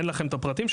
אין לכם את הפרטים שלו?